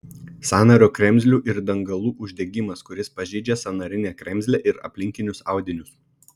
sąnario kremzlių ir dangalų uždegimas kuris pažeidžia sąnarinę kremzlę ir aplinkinius audinius